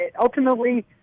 Ultimately